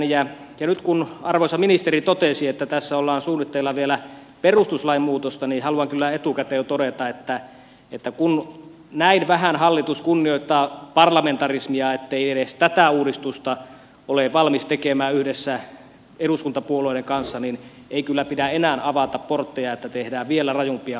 nyt kun arvoisa ministeri totesi että tässä ollaan suunnittelemassa vielä perustuslain muutosta niin haluan kyllä jo etukäteen todeta että kun näin vähän hallitus kunnioittaa parlamentarismia ettei edes tätä uudistusta ole valmis tekemään yhdessä eduskuntapuolueiden kanssa niin ei kyllä pidä enää avata portteja että tehdään vielä rajumpia muutoksia